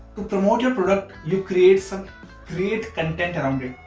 to promote your product, you create some great content around it.